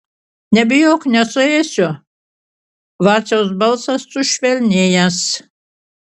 nebijok nesuėsiu vaciaus balsas sušvelnėjęs